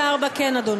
34, כן, אדוני.